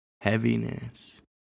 heaviness